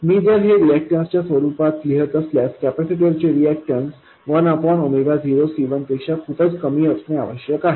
मी जर हे रिएक्टन्सच्या स्वरूपात लिहित असल्यास कॅपेसिटरचे रिएक्टन्स 1 0C1 पेक्षा खूपच कमी असणे आवश्यक आहे